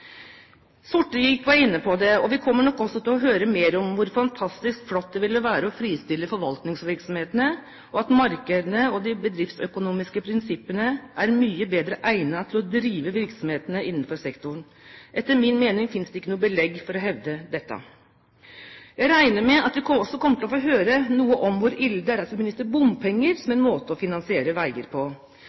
Sortevik var inne på det, og vi kommer nok også til å høre mer om hvor fantastisk flott det ville være å fristille forvaltningsvirksomhetene og om at markedene og de bedriftsøkonomiske prinsippene er mye bedre egnet til å drive virksomhetene innenfor sektoren. Etter min mening finnes det ikke noe belegg for å hevde dette. Jeg regner med at vi også kommer til å få høre noe om hvor ille det er at vi benytter bompenger som en måte å finansiere veier på.